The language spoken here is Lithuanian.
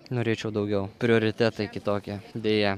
norėčiau daugiau prioritetai kitokie deja